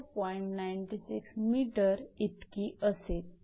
96 𝑚 इतकी असेल